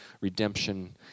redemption